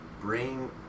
bring